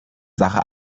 sache